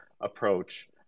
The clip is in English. approach